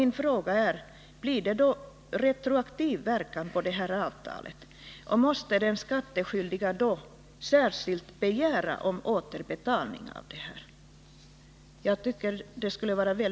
Min fråga är: Blir det då retroaktiv verkan av det här avtalet, och måste den skattskyldige särskilt begära återbetalning?